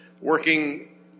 working